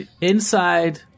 Inside